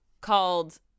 called